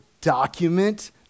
document